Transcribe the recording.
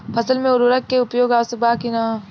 फसल में उर्वरक के उपयोग आवश्यक बा कि न?